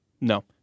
No